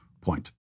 point